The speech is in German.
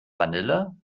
vanille